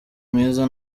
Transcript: mwiza